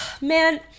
man